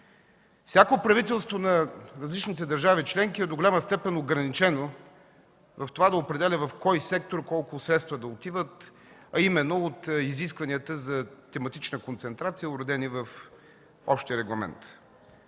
Всяко правителство на различните държави членки до голяма степен е ограничено в това да определя в кой сектор колко средства да отиват, а именно от изискванията за тематична концентрация, уредени в общия регламент.